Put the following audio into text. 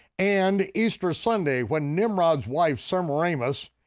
and easter sunday, when nimrod's wife, semiramis,